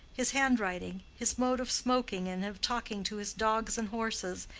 his handwriting, his mode of smoking and of talking to his dogs and horses,